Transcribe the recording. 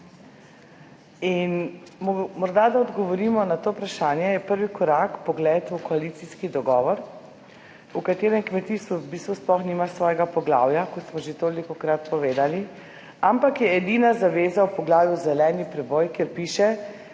In morda, da odgovorimo na to vprašanje, je prvi korak vpogled v koalicijski dogovor, v katerem kmetijstvo v bistvu sploh nima svojega poglavja, kot smo že tolikokrat povedali, ampak je edina zaveza v poglavju zeleni preboj kjer piše,